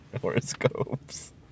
horoscopes